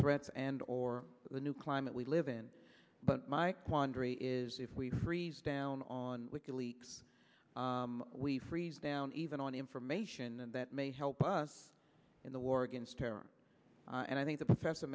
threats and or the new climate we live in but my quandary is if we freeze down on wiki leaks we freeze down even on information and that may help us in the war against terror and i think the professor